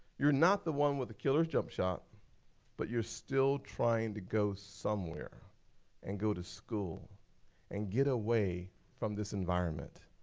you're not the one with the killer jump shot but you're still trying to go somewhere and go to school and get away from this environment.